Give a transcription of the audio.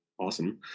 awesome